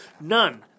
none